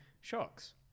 shocks